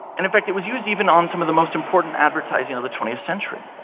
and in fact, it was used even on some of the most important advertising of the twentieth century.